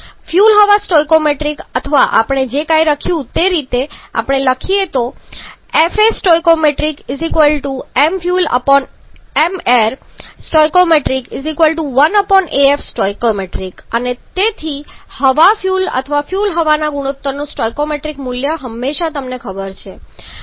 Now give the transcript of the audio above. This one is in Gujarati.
ફ્યુઅલ હવા સ્ટોઇકિયોમેટ્રિક અથવા આપણે જે રીતે પહેલા લખ્યું તે રીતે આપણે લખીએ તો stoistoi1stoi તેથી હવા ફ્યુઅલ અથવા ફ્યુઅલ હવા ગુણોત્તરનું સ્ટોઇકિયોમેટ્રિક મૂલ્ય હંમેશા તમને ખબર છે